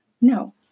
No